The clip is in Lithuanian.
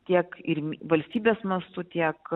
tiek ir m valstybės mastu tiek